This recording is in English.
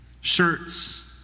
shirts